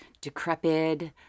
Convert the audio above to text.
decrepit